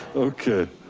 okay.